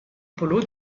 polo